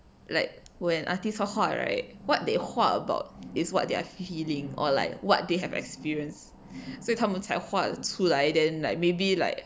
like when artists 画画 right what they 画 about is what they're feeling or like what they have experience 所以他们才画出来 then like maybe like